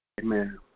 Amen